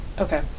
okay